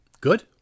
Good